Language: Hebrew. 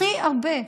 הכי הרבה,